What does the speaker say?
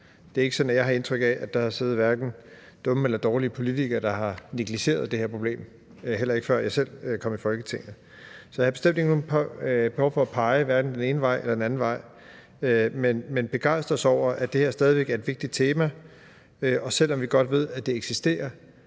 Det er ikke sådan, jeg har indtryk af, at der har siddet dumme eller dårlige politikere, der har negligeret det her problem, heller ikke før jeg selv kom i Folketinget. Så jeg har bestemt ikke noget behov for at pege hverken den ene vej eller den anden vej, men begejstres over, at det her stadig væk er et vigtigt tema, og at vi, fordi vi godt ved, at det eksisterer,